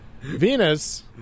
Venus